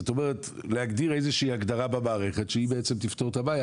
זאת אומרת להגדיר איזו שהיא הגדרה במערכת שהיא בעצם תפתור את הבעיה.